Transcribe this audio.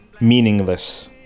meaningless